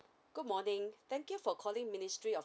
good morning thank you for calling ministry of